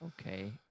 Okay